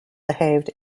behaved